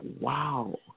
wow